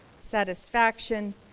satisfaction